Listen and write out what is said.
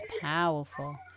Powerful